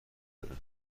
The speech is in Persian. داره